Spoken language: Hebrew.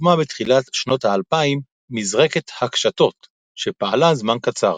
הוקמה בתחילת שנות ה-2000 "מזרקת הקשתות" שפעלה זמן קצר.